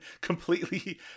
completely